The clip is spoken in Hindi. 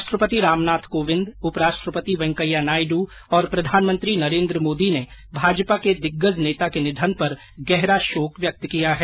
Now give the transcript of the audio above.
राष्ट्रपति रामनाथ कोविंद उपराष्ट्रपति वेंकैया नायड् और प्रधानमंत्री नरेन्द्र मोदी ने भाजपा के दिग्गज नेता के निधन पर गहरा शोक व्यक्त किया है